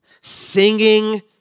singing